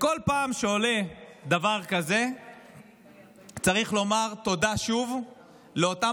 כל פעם שעולה דבר כזה צריך לומר תודה שוב לאותם